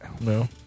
No